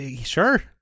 Sure